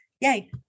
yay